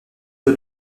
peu